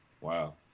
Wow